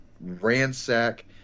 ransack